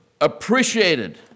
appreciated